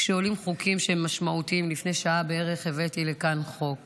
כשעולים חוקים משמעותיים לפני שעה בערך הבאתי לכאן חוק